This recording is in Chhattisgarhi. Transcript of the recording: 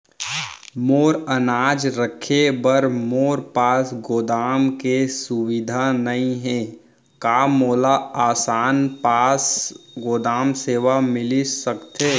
मोर अनाज रखे बर मोर पास गोदाम के सुविधा नई हे का मोला आसान पास गोदाम सेवा मिलिस सकथे?